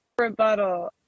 rebuttal